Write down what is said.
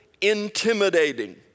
intimidating